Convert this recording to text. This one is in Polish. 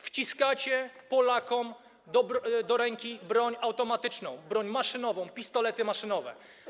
Wciskacie Polakom do ręki broń automatyczną, broń maszynową, pistolety maszynowe.